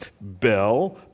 bell